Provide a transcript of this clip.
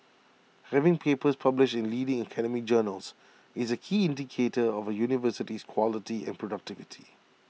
having papers published in leading academic journals is A key indicator of A university's quality and productivity